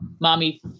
mommy